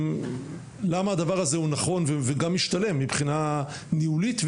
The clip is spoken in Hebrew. למה הדבר הזה הוא נכון וגם משתלם מבחינה ניהולית,